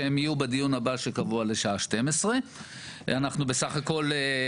שהם יהיו בדיון הבא שקבוע לשעה 12:00. בסך הכל,